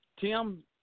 Tim